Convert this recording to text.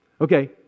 Okay